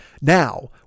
Now